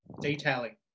detailing